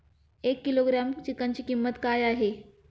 एक किलोग्रॅम चिकनची किंमत काय आहे?